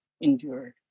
endured